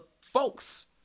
folks